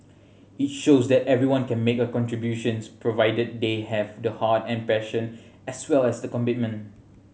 it shows that everyone can make a contributions provided they have the heart and passion as well as the commitment